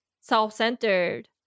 self-centered